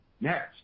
Next